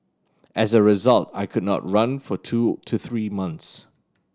as a result I could not run for two to three months